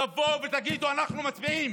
תבואו ותגידו: אנחנו מצביעים